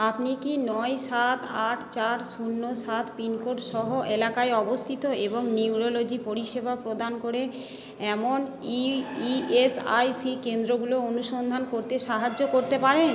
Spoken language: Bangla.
আপনি কি নয় সাত আট চার শূন্য সাত পিনকোডসহ এলাকায় অবস্থিত এবং নিউরোলজি পরিষেবা প্রদান করে এমন ই এস আই সি কেন্দ্রগুলো অনুসন্ধান করতে সাহায্য করতে পারেন